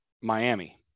Miami